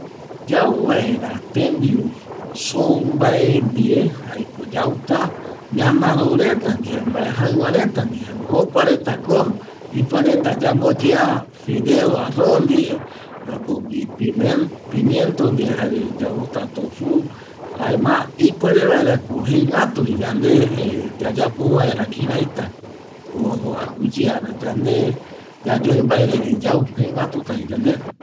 Yau vaera tembiu soo mbae ndie jaeko yauta ñanaro reta ndie mbae jaƚva reta ndie ipuereta yamboyea fideo arroz ndie jare pimiento ndie jare yauta toju ipuere vaerako jengätuvi yande yayapo vaera kiraitako ojo aguƚyeara yande yayue mbae reve yau jengätutavi yande